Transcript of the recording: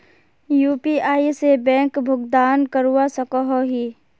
UPI से bank भुगतान करवा सकोहो ही?